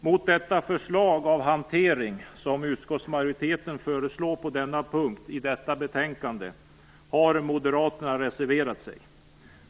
Mot det förslag till hantering som utskottsmajoriteten kommit med på denna punkt, har Moderaterna reserverat sig.